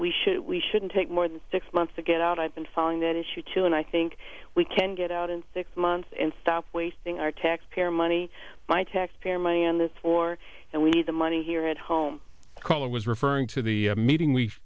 we should we shouldn't take more than six months to get out i've been following that issue too and i think we can get out in six months and stop wasting our taxpayer money my taxpayer money on this for and we need the money here at home calling was referring to the meeting we